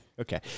Okay